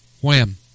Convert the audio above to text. wham